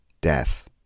Death